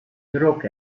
drok